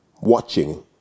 watching